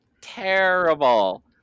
terrible